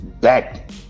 back